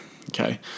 Okay